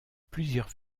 plusieurs